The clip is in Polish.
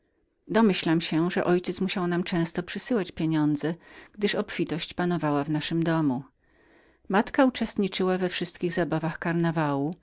domyślam się że mój ojciec musiał nam często przysyłać pieniądze gdyż obfitość panowała w naszym domu moja matka uczestniczyła we wszystkich zabawach